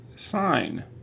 Sign